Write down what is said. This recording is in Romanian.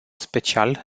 special